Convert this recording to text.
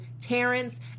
Terrence